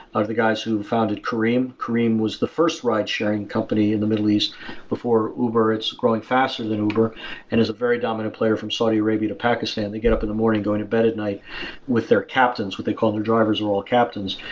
are the guys who founded careem. careem was the first ride-sharing company in the middle east before uber. it's growing faster than uber and it's a very dominant player from saudi arabia to pakistan. they get up in the morning and going at bed at night with their captains, what they call their drivers are all captains.